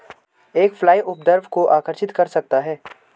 एक फ्लाई उपद्रव को आकर्षित कर सकता है?